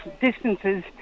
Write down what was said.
distances